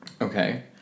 Okay